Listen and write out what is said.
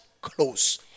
close